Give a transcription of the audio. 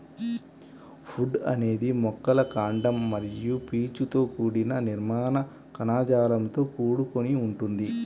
would అనేది మొక్కల కాండం మరియు పీచుతో కూడిన నిర్మాణ కణజాలంతో కూడుకొని ఉంటుంది